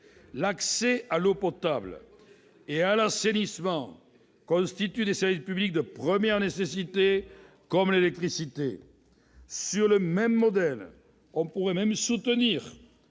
l'autre ? L'eau potable et l'assainissement constituent des services publics de première nécessité, comme l'électricité. Sur le même modèle, on pourrait même soutenir